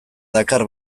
dakar